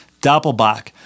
Doppelbach